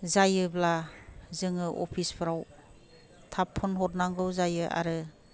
जायोब्ला जोङो अफिसफोराव थाब फन हरनांगौ जायो आरो